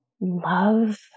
love